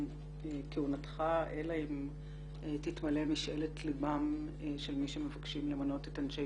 כהונתך אלא אם תתמלא משאלת ליבם של מי שמבקשים למנות את אנשי